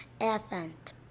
Elephant